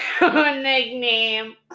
nickname